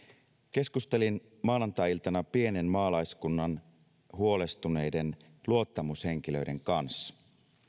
keskustelin maanantai iltana pienen maalaiskunnan huolestuneiden luottamushenkilöiden kanssa